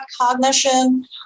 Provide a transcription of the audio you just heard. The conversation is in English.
cognition